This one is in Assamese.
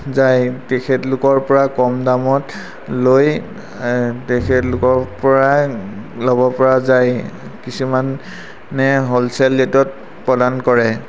যায় তেখেতলোকৰপৰা কম দামত লৈ তেখেতলোকৰপৰা ল'ব পৰা যায় কিছুমানে হ'লচেল ৰেটত প্ৰদান কৰে